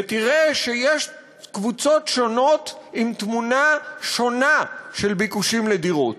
ותראה שיש קבוצות שונות עם קבוצה שונה של ביקושים לדירות,